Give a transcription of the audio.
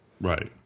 Right